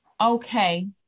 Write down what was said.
okay